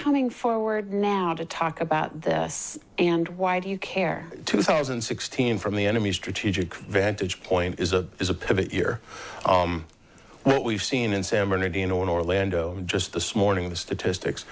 coming forward now to talk about this and why do you care two thousand and sixteen from the enemy's strategic vantage point is a is a pivot year what we've seen in san bernardino in orlando just this morning the statistics